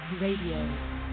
Radio